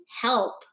help